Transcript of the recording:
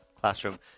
classroom